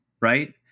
right